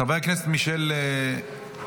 חבר הכנסת מישל בוסקילה,